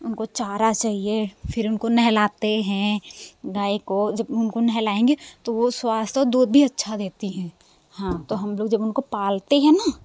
उनको चारा चाहिए फिर उनको नहलाते हैं गाय को जब उनको नहलाएँगे तो वो स्वास्थ्य व दूध भी अच्छा देती हैं हाँ तो हम लोग उनको पालते हैं ना